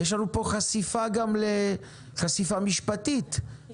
יש לנו פה גם חשיפה משפטית כממשלה,